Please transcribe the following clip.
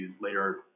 later